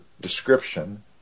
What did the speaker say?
description